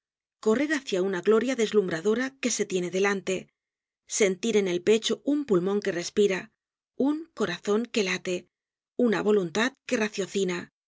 correr hácia una gloria deslumbradora que se tiene delante sentir en el pecho un pulmon que respira un corazon que late una voluntad que raciocina